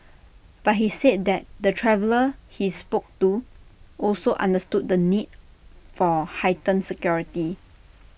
but he said that the travellers he spoke to also understood the need for heightened security